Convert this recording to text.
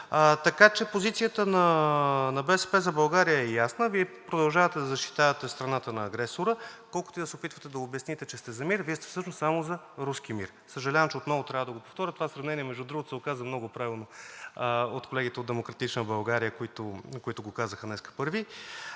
така че позицията на „БСП за България“ е ясна. Вие продължавате да защитавате страната на агресора. Колкото и да се опитвате да обясните, че сте за мир, Вие всъщност сте само за руски мир. Съжалявам, че отново трябва да го повторя. Това сравнение, между другото, се оказа много правилно на колегите от „Демократична България“, които го казаха днес първи.